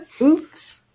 Oops